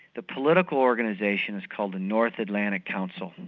the political organisation is called the north atlantic council,